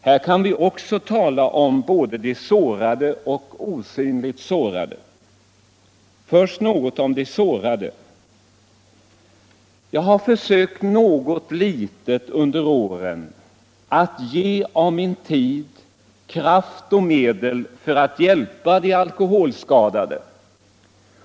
Här kan vi också tala om både de sårade och de osynligt sårade. Först något om de sårade. Jag har försökt något litet under året att ge av min tid, min kraft och mina medel för att hjälpa de alkoholskadade.